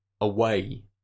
away